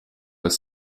ist